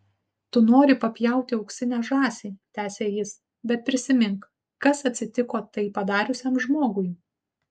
tu nori papjauti auksinę žąsį tęsė jis bet prisimink kas atsitiko tai padariusiam žmogui